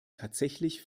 tatsächlich